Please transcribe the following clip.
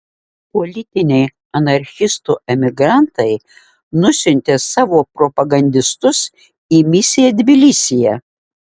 politiniai anarchistų emigrantai nusiuntė savo propagandistus į misiją tbilisyje